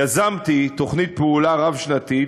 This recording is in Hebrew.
יזמתי תוכנית פעולה רב-שנתית,